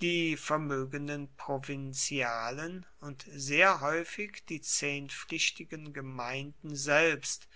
die vermögenden provinzialen und sehr häufig die zehntpflichtigen gemeinden selbst